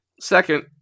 Second